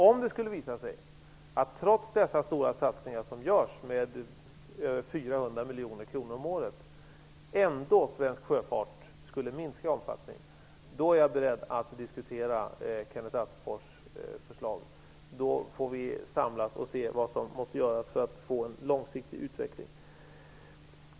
Om det skulle visa sig att svensk sjöfart trots dessa stora satsningar som görs -- över 400 miljoner kronor om året -- ändå skulle minska i omfattning, är jag beredd att diskutera Kenneth Attefors förslag. Då får vi samlas och se vad som måste göras för att åstadkomma en långsiktig utveckling.